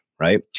right